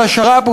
של השר"פ,